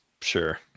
sure